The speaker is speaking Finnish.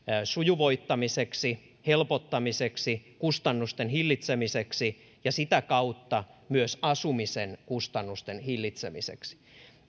sujuvoittamiseksi helpottamiseksi kustannusten hillitsemiseksi ja sitä kautta myös asumisen kustannusten hillitsemiseksi